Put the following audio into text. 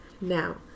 Now